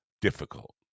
difficult